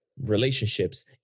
relationships